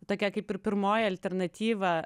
tokia kaip ir pirmoji alternatyva